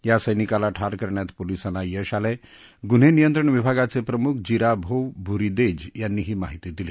या सैनिकाला ठार करण्यात पोलिसांना यश आलं आह न्हतियंत्रण विभागाचप्रमुख जिराभोब भूरीद यांनी ही माहिती दिली